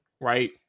right